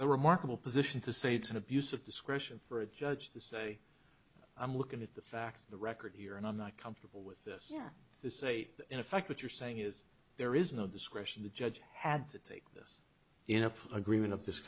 the remarkable position to say it's an abuse of discretion for a judge to say i'm looking at the facts of the record here and i'm not comfortable with this the say in effect what you're saying is there is no discretion the judge had to take in a plea agreement of this